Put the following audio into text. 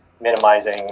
minimizing